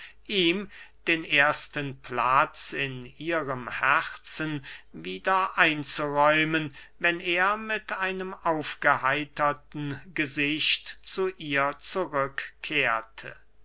ihm den ersten platz in ihrem herzen wieder einzuräumen wenn er mit einem aufgeheiterten gesicht zu ihr zurück